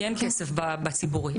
כי אין כסף בציבורי.